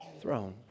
throne